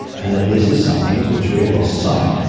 and that this is something of which we have lost sight.